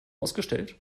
ausgestellt